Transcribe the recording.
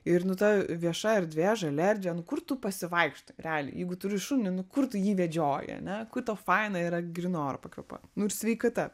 ir nu ta vieša erdvė žalia erdvė nu kur tu pasivaikštai realiai jeigu turi šunį nu kur tu jį vedžioji ane kur tau faina yra grynu oru pakvėpuot nu ir sveikata